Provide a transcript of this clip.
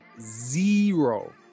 zero